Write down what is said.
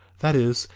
that is,